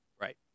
right